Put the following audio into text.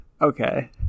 Okay